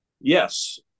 Yes